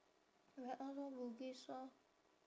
lor bugis orh